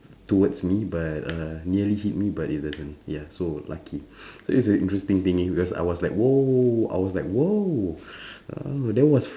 towards me but uh nearly hit me but it doesn't ya so lucky so this is a interesting thingy cause I was like !whoa! I was like !whoa! uh that was fun